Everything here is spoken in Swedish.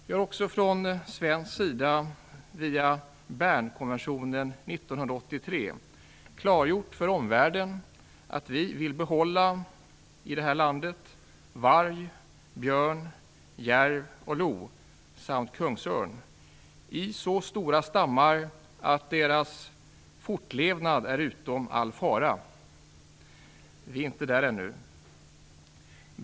Från svensk sida har vi också via Bernkonventionen 1983 klargjort för omvärlden att vi vill behålla i vårt land varg, björn, järv och lo samt kungsörn i så stora stammar att de här djurens fortlevnad är utom all fara. Vi är inte där ännu!